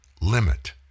limit